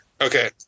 okay